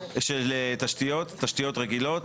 של תשתיות תשתיות רגילות,